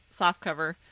softcover